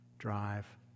Drive